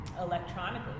electronically